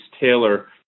Taylor